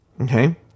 Okay